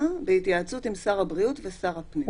בהתייעצות עם שר הבריאות ועם שר הפנים.